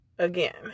Again